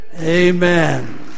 amen